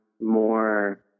more